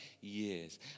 years